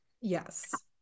Yes